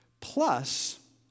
Plus